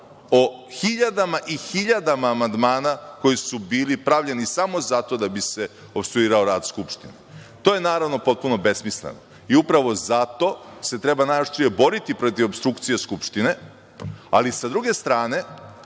o hiljadama i hiljadama amandmana koji su bili pravljeni samo zato da bi se opstruirao rad Skupštine. To je potpuno besmisleno i upravo zato se treba najoštrije boriti protiv opstrukcije Skupštine, ali sa druge strane